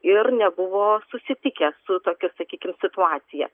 ir nebuvo susitikę su tokia sakykim situacija